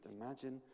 Imagine